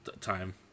time